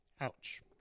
Ouch